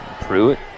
Pruitt